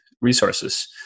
resources